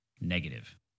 negative